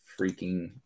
freaking